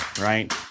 Right